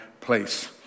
place